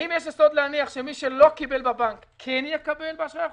האם יש יסוד להניח שמי שלא קיבל בבנק כן יקבל באשראי החוץ-בנקאי?